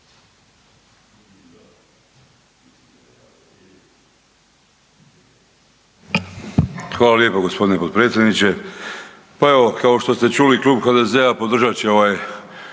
Hvala lijepa gospodine potpredsjedniče. Pa evo kao što ste čuli Klub HDZ-a podržat će ovaj